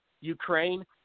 Ukraine